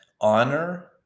Honor